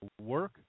work